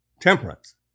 Temperance